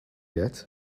yet